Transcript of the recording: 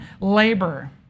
labor